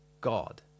God